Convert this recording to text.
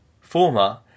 former